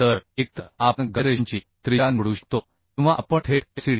तर एकतर आपण गायरेशनची त्रिज्या निवडू शकतो किंवा आपण थेट Fcd